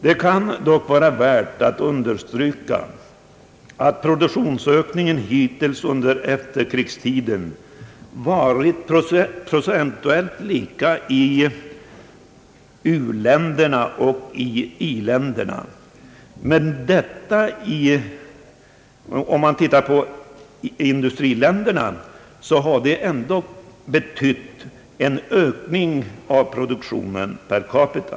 Det kan dock vara värt att understryka att produktionsökningen hittills under efterkrigstiden varit procentuellt lika i u-länder och i-länder. I iländerna har detta betytt en ökning av produktionen per capita.